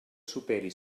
superi